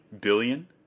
Billion